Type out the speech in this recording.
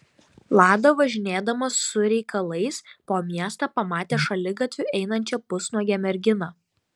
lada važinėdamas su reikalais po miestą pamatė šaligatviu einančią pusnuogę merginą